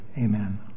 Amen